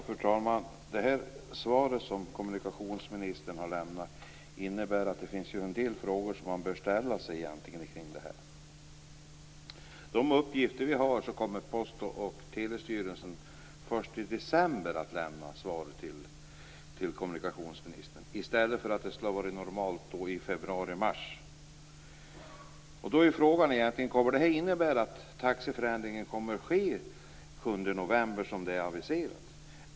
Fru talman! Det svar som kommunikationsministern har gett innebär att det finns en del frågor som man bör ställa sig. Enligt de uppgifter vi har kommer Post och telestyrelsen först i december att lämna svar till kommunikationsministern, i stället för i februarimars. Då är frågan: Innebär det här att taxeändringen kommer att ske den 7 november som är aviserat?